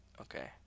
Okay